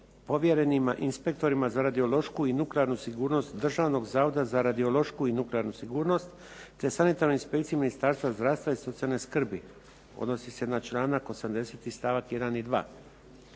povjerenima inspektorima za radiološku i nuklearnu sigurnog Državnog zavoda za radiološku i nuklearnu sigurnost, te Sanitarne inspekcije Ministarstva zdravstva i socijalne skrbi, odnosi se na članak 80. stavak 1. i 2.